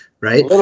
right